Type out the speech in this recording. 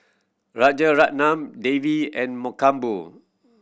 Rajaratnam Devi and Mankombu